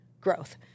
growth